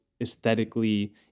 aesthetically